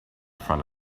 front